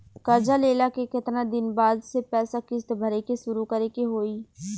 कर्जा लेला के केतना दिन बाद से पैसा किश्त भरे के शुरू करे के होई?